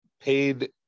paid